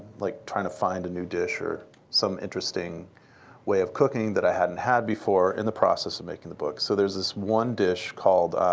like trying to find a new dish or some interesting way of cooking that i hadn't had before in the process of making the book. so there's this one dish called